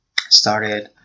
Started